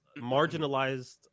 marginalized